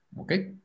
Okay